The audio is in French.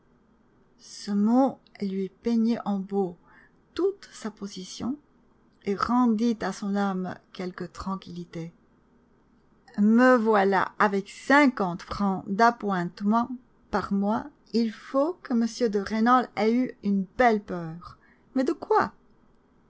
ce mot lui peignait en beau toute sa position et rendit à son âme quelque tranquillité me voilà avec cinquante francs d'appointements par mois il faut que m de rênal ait eu une belle peur mais de quoi